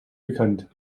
bekannt